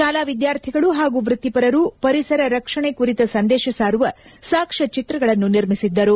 ಶಾಲಾ ವಿದ್ಯಾರ್ಥಿಗಳು ಹಾಗೂ ವ್ಯಕ್ತಿಪರರು ಪರಿಸರ ರಕ್ಷಣೆ ಕುರಿತ ಸಂದೇಶ ಸಾರುವ ಸಾಕ್ಷ್ಮ ಚಿತ್ರಗಳನ್ನು ನಿರ್ಮಿಸಿದ್ದರು